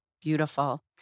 beautiful